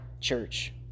church